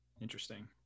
Interesting